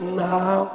now